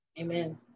Amen